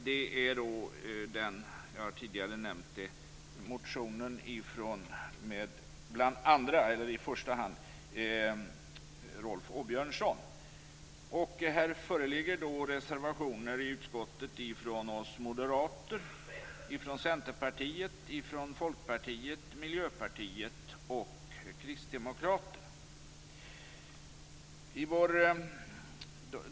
Det är den motion som jag tidigare har nämnt av i första hand Rolf Åbjörnsson. Här föreligger reservationer i utskottet från oss i Moderaterna, från Centerpartiet, från Folkpartiet, från Miljöpartiet och från Kristdemokraterna.